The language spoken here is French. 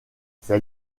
ces